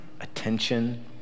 attention